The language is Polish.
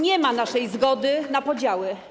Nie ma naszej zgody na podziały.